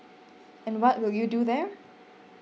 and what will you do there